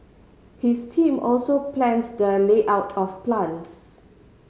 his team also plans the layout of plants